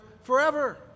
forever